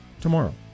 tomorrow